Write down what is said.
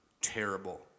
terrible